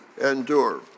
endure